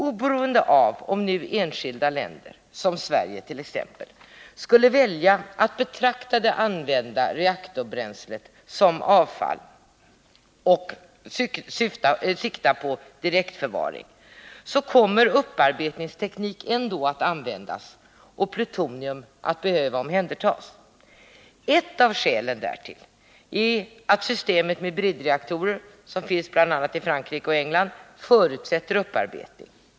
Oberoende av om enskilda länder som t.ex. Sverige skulle välja att betrakta det använda reaktorbränslet som avfall och sikta på direktförvaring, kommer upparbetningsteknik ändå att användas och plutonium att behöva omhändertas. Ett av skälen därtill är att systemet med bridreaktorer, som finns i bl.a. Frankrike och England, förutsätter upparbetning.